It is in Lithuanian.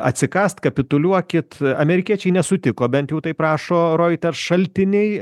atsikąst kapituliuokit amerikiečiai nesutiko bent jau taip rašo roiters šaltiniai